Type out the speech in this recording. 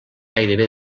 gairebé